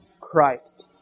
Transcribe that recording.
Christ